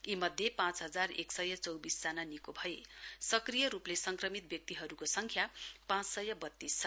यीमध्ये पाँच हजार एक सय चौविस जना निको भए भने सक्रिय रूपले संक्रमित व्यक्तिहरूको संख्या पाँच सय बतीस छ